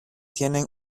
tienen